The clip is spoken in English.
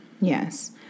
Yes